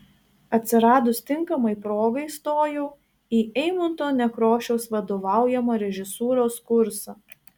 atsiradus tinkamai progai stojau į eimunto nekrošiaus vadovaujamą režisūros kursą